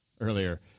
earlier